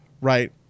right